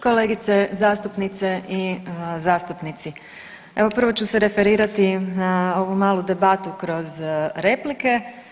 Kolegice zastupnice i zastupnici, evo prvo ću se referirati na ovu malu debatu kroz replike.